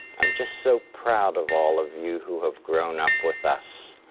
i'm just so proud of all of you who have grown up with us.